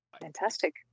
Fantastic